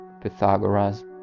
Pythagoras